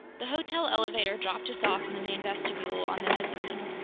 the hotel elevator dropped us off in the main vestibule on the mezzanine.